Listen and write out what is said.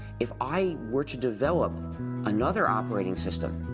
if i were to develop another operating system.